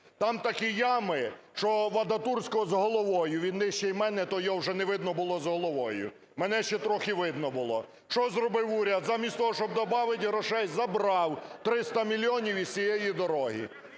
Там такі ями, що Вадатурському з головою, він нижчий мене, то його вже не видно було з головою, мене ще трохи видно було. Що зробив уряд? Замість того, щоб добавити грошей, забрав 300 мільйонів із цієї дороги.